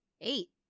Eight